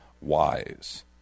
wise